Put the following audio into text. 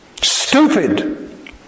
stupid